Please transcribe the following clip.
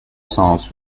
songs